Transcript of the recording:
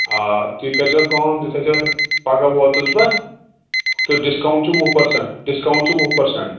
آ تُہۍ کٔرِزیٚو کٲم تُہۍ تھٲیزیٚو پگاہ ووتُس بہٕ تہٕ ڈِسکاوُنٹ چھُ وُہ پٕرسَنٹ ڈِسکاوُنٹ چھُ وُہ پٕرسَنٹ